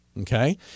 okay